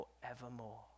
forevermore